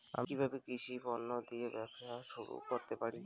আমি কিভাবে কৃষি পণ্য দিয়ে ব্যবসা শুরু করতে পারি?